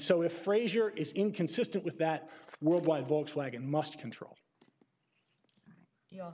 so if frazier is inconsistent with that worldwide volkswagen must control